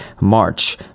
march